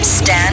Stand